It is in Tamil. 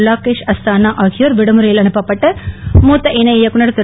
ராக்கேஷ் அஸ்தானா ஆகியோர் விடுமுறையில் அனுப்பப் பட்டு மூத்த இணை இயக்குநர் திரு